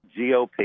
GOP